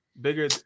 Bigger